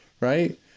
right